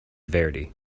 verdi